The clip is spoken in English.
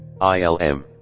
ILM